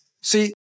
See